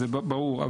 זה ברור.